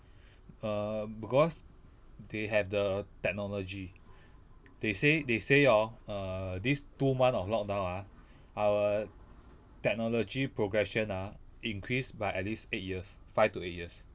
err because they have the technology they say they say orh err this two month of lockdown ah our technology progression ah increase by at least eight years five to eight years